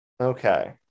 okay